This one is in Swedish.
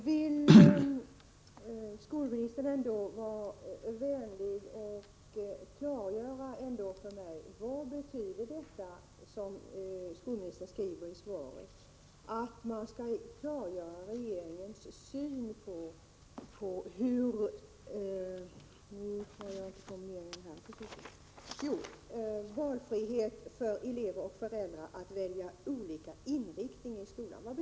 Herr talman! Vill skolministern vara vänlig och ändå klargöra för mig vad det som skolministern skriver i svaret om att regeringen skall redovisa sin syn på valfrihet för elever och föräldrar att välja olika inriktning i skolan egentligen betyder?